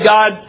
God